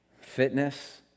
Fitness